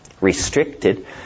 restricted